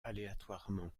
aléatoirement